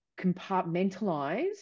compartmentalize